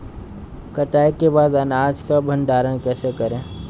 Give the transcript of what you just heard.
कटाई के बाद अनाज का भंडारण कैसे करें?